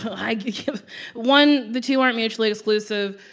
so like one, the two aren't mutually exclusive.